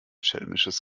schelmisches